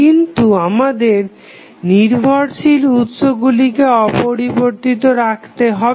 কিন্তু আমাদের নির্ভরশীল উৎসগুলিকে অপরিবর্তিত রাখতে হবে